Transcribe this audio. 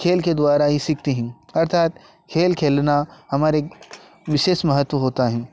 खेल के द्वारा ही सीखते हैं अर्थात खेल खेलना हमारे विशेष महत्व होता है